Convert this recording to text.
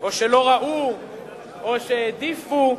או שלא ראו או שהעדיפו לראות,